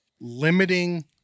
limiting